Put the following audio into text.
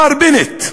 מר בנט,